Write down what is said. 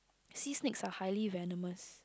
sea snakes are highly venomous